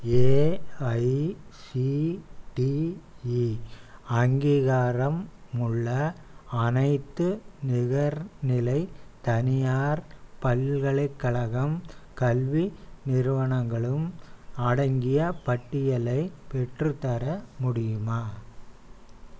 AICTE அங்கீகாரம் உள்ள அனைத்து நிகர்நிலை தனியார் பல்கலைக்கழகம் கல்வி நிறுவனங்களும் அடங்கிய பட்டியலை பெற்றுத்தர முடியுமா